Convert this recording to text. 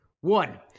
One